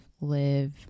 live